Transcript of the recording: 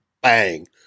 bang